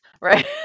Right